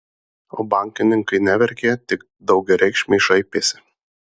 o bankininkai neverkė tik daugiareikšmiai šaipėsi